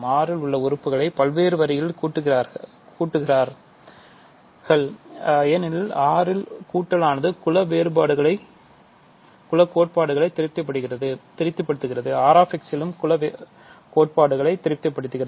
R இன் உறுப்புகளை பல்வேறு வழிகளில் கூட்டுகிறார்கள்ஏனெனில் R இல் கூட்டலானது குல கோட்பாடுகளைதிருப்திப்படுத்துகிறது Rxலும் குல கோட்பாடுகளைதிருப்திப்படுத்துகிறது